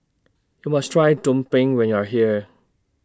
YOU must Try Tumpeng when YOU Are here